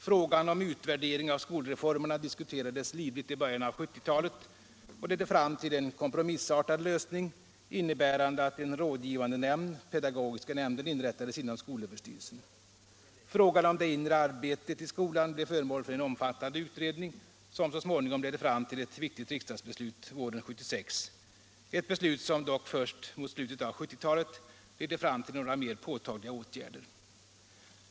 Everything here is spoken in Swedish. Frågan om utvärdering av skolreformerna diskuterades livligt i början av 1970-talet och ledde fram till en kompromissartad lösning, innebärande att en rådgivande nämnd, pedagogiska nämnden, inrättades inom skolöverstyrelsen. Frågan om det inre arbetet i skolan blev föremål för en omfattande utredning som så småningom ledde fram till ett viktigt riksdagsbeslut våren 1976, ett beslut som dock först mot slutet av 1970-talet ledde fram till några mer påtagliga åtgärder.